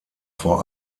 vor